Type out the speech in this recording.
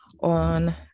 on